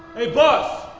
hey boss,